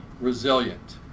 resilient